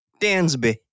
Dansby